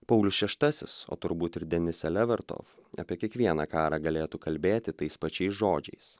paulius šeštasis o turbūt ir denisė levertof apie kiekvieną karą galėtų kalbėti tais pačiais žodžiais